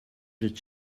did